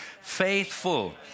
faithful